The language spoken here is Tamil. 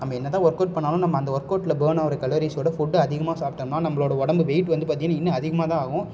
நம்ம என்ன தான் ஒர்க் அவுட் பண்ணாலும் நம்ம அந்த ஒர்க் அவுட்டில் பர்ன் ஆகிற கலோரிஸோட ஃபுட்டை அதிகமாக சாப்பிட்டோம்னா நம்பளோட உடம்பு வெயிட் வந்து பார்த்திங்கன்னா இன்னும் அதிகமாக தான் ஆகும்